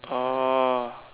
orh